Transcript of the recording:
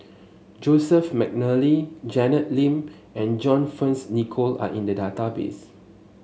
Joseph McNally Janet Lim and John Fearns Nicoll are in the database